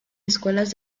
escuelas